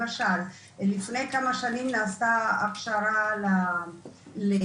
למשל לפני כמה שנים נעשתה הכשרה לתחום